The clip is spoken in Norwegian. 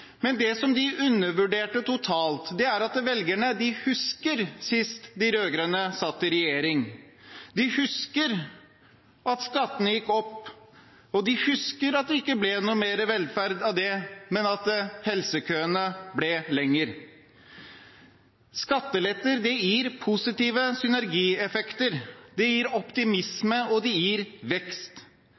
Men det som de undervurderte totalt, er at velgerne husker sist de rød-grønne satt i regjering, de husker at skattene gikk opp, og de husker at det ikke ble noe mer velferd av det, men at helsekøene ble lengre. Skatteletter gir positive synergieffekter, det gir optimisme, og det gir vekst.